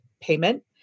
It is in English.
payment